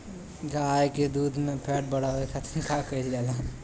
गाय के दूध में फैट बढ़ावे खातिर का कइल जाला?